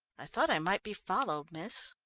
i thought i might be followed, miss.